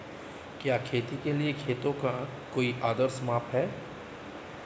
क्या खेती के लिए खेतों का कोई आदर्श माप है?